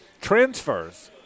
transfers